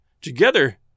Together